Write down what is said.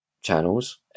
channels